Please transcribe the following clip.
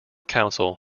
council